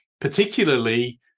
particularly